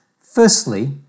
Firstly